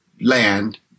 land